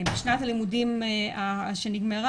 בשנת הלימודים שנגמרה,